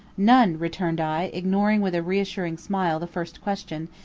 none, returned i, ignoring with a reassuring smile the first question,